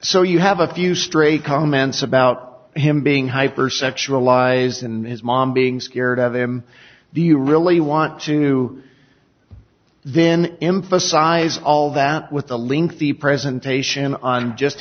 so you have a few stray comments about him being hyper sexualized and his mom being scared of him do you really want to then emphasize all that with the link the presentation on just